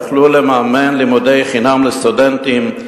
יכלו לממן לימודי חינם לסטודנטים,